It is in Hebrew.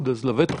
לבידוד